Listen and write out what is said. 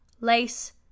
lace